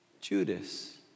Judas